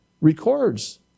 records